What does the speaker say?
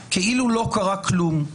10:00 כאילו לא קרה כלום,